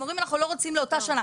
הם אומרים, אנחנו לא רוצים לאותה שנה.